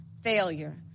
failure